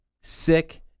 sick